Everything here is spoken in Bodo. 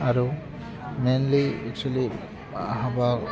आरो मेनलि एकसुलि हाबा